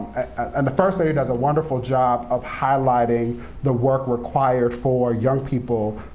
and the first lady does a wonderful job of highlighting the work required for young people,